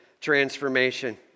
transformation